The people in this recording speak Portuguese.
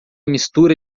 mistura